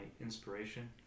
inspiration